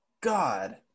God